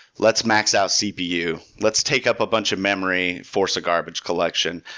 let's max out cpu. let's take up a bunch of memory, force a garbage collection.